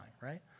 right